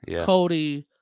Cody